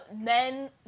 men